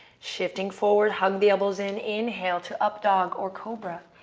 shifting forward, hug the elbows in, inhale to updog or cobra.